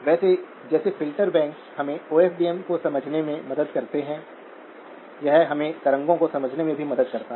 वैसे जैसे filter bank हमें ओ एफ डी एम को समझने में मदद करते हैं यह हमें तरंगों को समझने में भी मदद करता है